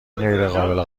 غیرقابل